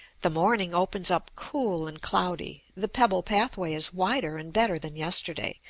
the morning opens up cool and cloudy, the pebble pathway is wider and better than yesterday,